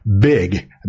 big